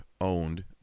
owned